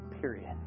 period